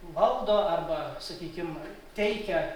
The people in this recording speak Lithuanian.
valdo arba sakykim teikia